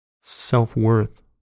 self-worth